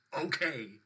Okay